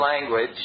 language